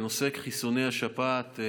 נושא חיסוני השפעת הוא